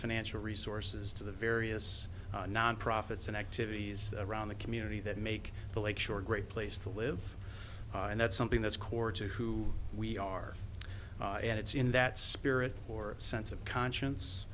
financial resources to the various non profits and activities around the community that make the lake shore great place to live and that's something that's core to who we are and it's in that spirit or sense of conscience